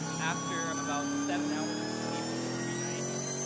um after about seven hours of sleep over three nights,